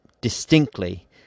Distinctly